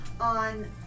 on